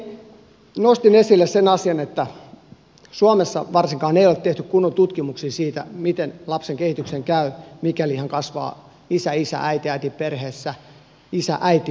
aikaisemmin nostin esille sen asian että suomessa varsinkaan ei ole tehty kunnon tutkimuksia siitä miten lapsen kehityksen käy mikäli hän kasvaa isäisä tai äitiäiti perheessä isääiti perheen sijasta